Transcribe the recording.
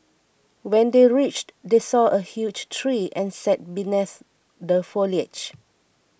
when they reached they saw a huge tree and sat beneath the foliage